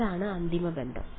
ഇതാണ് അന്തിമ ബന്ധം